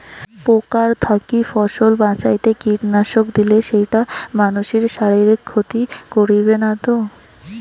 পোকার থাকি ফসল বাঁচাইতে কীটনাশক দিলে সেইটা মানসির শারীরিক ক্ষতি করিবে না তো?